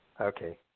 Okay